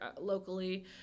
locally